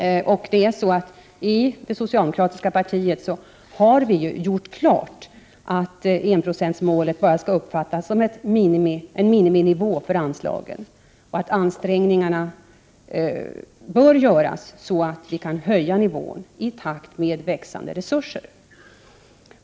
I det socialdemokratiska partiet har vi gjort klart att enprocentsmålet bara skall uppfattas som en miniminivå för anslagen och att ansträngningar bör 43 göras så att vi kan höja nivån i takt med växande resurser.